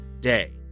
day